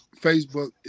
Facebook